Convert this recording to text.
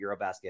Eurobasket